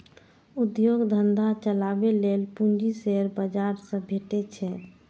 उद्योग धंधा चलाबै लेल पूंजी शेयर बाजार सं भेटै छै